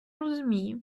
розумію